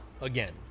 again